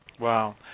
Wow